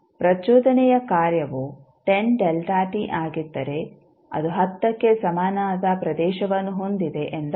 ಪ್ರಚೋದನೆಯ ಕಾರ್ಯವು 10 ಆಗಿದ್ದರೆ ಅದು 10 ಕ್ಕೆ ಸಮನಾದ ಪ್ರದೇಶವನ್ನು ಹೊಂದಿದೆ ಎಂದರ್ಥ